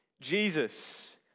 Jesus